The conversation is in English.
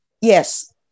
Yes